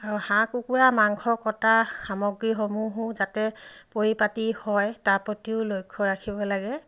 আৰু হাঁহ কুকুৰা মাংস কটা সামগ্ৰীসমূহো যাতে পৰিপাতি হয় তাৰ প্ৰতিও লক্ষ্য ৰাখিব লাগে